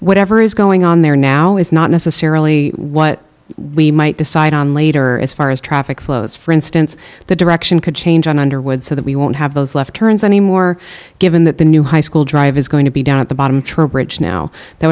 whatever is going on there now is not necessarily what we might decide on later as far as traffic flows for instance the direction could change on underwood so that we won't have those left turns anymore given that the new high school drive is going to be down at the bottom trowbridge now that